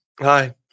Hi